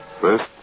First